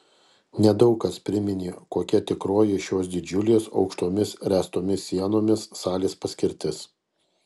nedaug kas priminė kokia tikroji šios didžiulės aukštomis ręstomis sienomis salės paskirtis